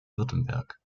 württemberg